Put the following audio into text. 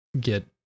get